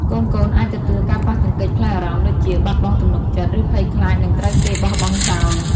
កូនៗអាចទទួលការប៉ះទង្គិចផ្លូវអារម្មណ៍ដូចជា បាត់បង់ទំនុកចិត្ត ឬភ័យខ្លាចនឹងត្រូវគេបោះបង់ចោល។